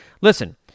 listen